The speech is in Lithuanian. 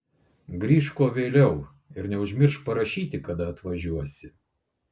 grįžk kuo vėliau ir neužmiršk parašyti kada atvažiuosi